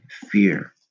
fear